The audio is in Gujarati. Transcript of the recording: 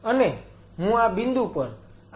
અને હું આ બિંદુ પર આની જેમ તેની વિગત મેળવી રહ્યો છું